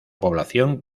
población